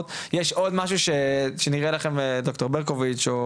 יש עוד משהו שנראה לכם ד"ר ברקוביץ,